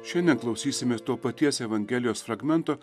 šiandien klausysime to paties evangelijos fragmento